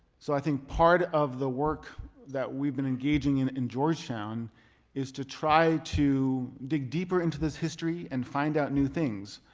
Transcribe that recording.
so i think part of the work that we've been engaging in in georgetown is to try to dig deeper into this history and find out new things.